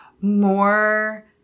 more